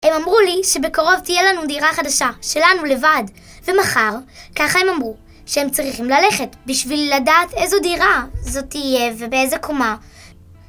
הם אמרו לי שבקרוב תהיה לנו דירה חדשה, שלנו לבד. ומחר, ככה הם אמרו, שהם צריכים ללכת בשביל לדעת איזו דירה זו תהיה ובאיזו קומה